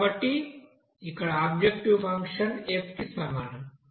కాబట్టి ఇక్కడ objective function F కి సమానం